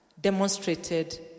demonstrated